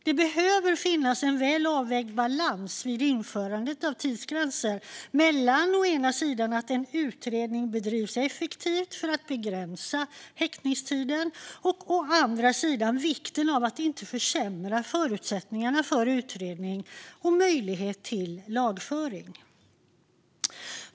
Det behöver finnas en väl avvägd balans vid införandet av tidsgränser mellan å ena sidan att en utredning bedrivs effektivt för att begränsa häktningstiden och å andra sidan vikten av att inte försämra förutsättningarna för utredning och möjlighet till lagföring.